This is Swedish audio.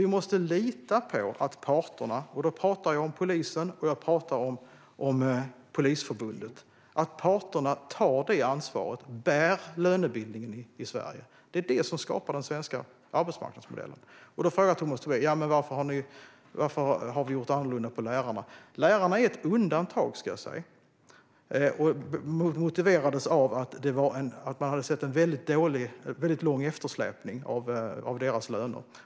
Vi måste lita på att parterna - och jag talar då om Polismyndigheten och Polisförbundet - tar ansvaret och bär lönebildningen i Sverige. Det är det som skapar den svenska arbetsmarknadsmodellen. Tomas Tobé frågar varför vi har gjort annorlunda för lärarna. Lärarna är ett undantag. Detta motiverades av att man såg en lång eftersläpning av lärarnas löner.